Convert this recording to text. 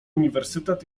uniwersytet